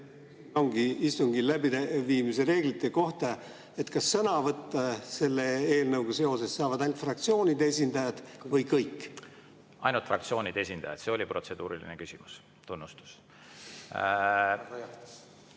Ongi istungi läbiviimise reeglite kohta. Kas selle eelnõuga seoses saavad sõna võtta ainult fraktsioonide esindajad või kõik? Ainult fraktsioonide esindajad. See oli protseduuriline küsimus. Tunnustus!